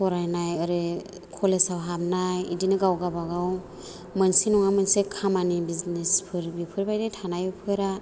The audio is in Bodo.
फरायनाय ओरै कलेजाव हाबनाय बिदिनो गाव गावबागाव मोनसे नङा मोनसे खामानि बिजनेसफोर बेफोरबायदि थानायफोरा